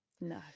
No